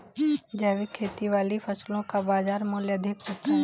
जैविक खेती वाली फसलों का बाजार मूल्य अधिक होता है